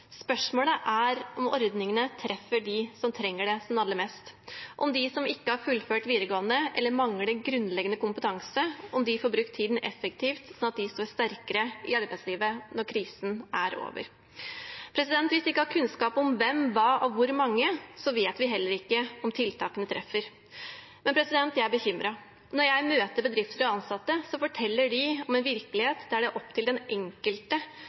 Spørsmålet er om ordningene treffer dem som trenger det aller mest, om de som ikke har fullført videregående eller mangler grunnleggende kompetanse, får brukt tiden effektivt sånn at de står sterkere i arbeidslivet når krisen er over. Hvis vi ikke har kunnskap om hvem, hva og hvor mange, vet vi heller ikke om tiltakene treffer. Men jeg er bekymret. Når jeg møter bedrifter og ansatte, forteller de om en virkelighet der det er opp til den enkelte